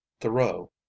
Thoreau